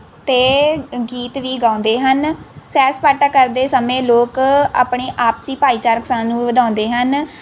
ਅਤੇ ਗੀਤ ਵੀ ਗਾਉਂਦੇ ਹਨ ਸੈਰ ਸਪਾਟਾ ਕਰਦੇ ਸਮੇਂ ਲੋਕ ਆਪਣੇ ਆਪਸੀ ਭਾਈਚਾਰਕ ਸਾਂਝ ਨੂੰ ਵਧਾਉਂਦੇ ਹਨ